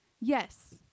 Yes